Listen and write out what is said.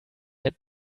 had